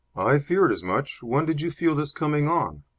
i feared as much. when did you feel this coming on?